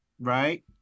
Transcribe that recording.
right